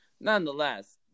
Nonetheless